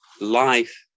Life